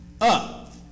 Up